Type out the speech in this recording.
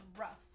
rough